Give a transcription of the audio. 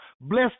Bless